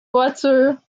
voiture